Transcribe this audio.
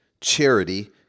charity